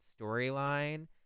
storyline